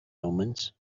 omens